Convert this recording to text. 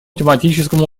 тематическому